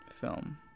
film